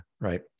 right